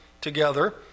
together